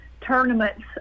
tournaments